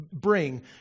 bring